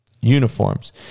uniforms